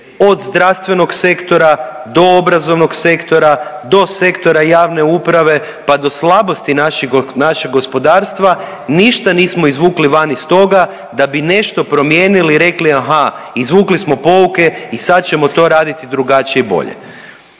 od zdravstvenog sektora do obrazovnog sektora, do sektora javne uprave pa do slabosti našeg gospodarstva ništa nismo izvukli van iz toga da bi nešto promijenili i rekli aha izvukli smo pouke i sad ćemo to raditi drugačije i bolje.